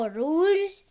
rules